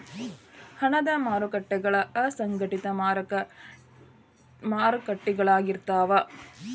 ಹಣದ ಮಾರಕಟ್ಟಿಗಳ ಅಸಂಘಟಿತ ಮಾರಕಟ್ಟಿಗಳಾಗಿರ್ತಾವ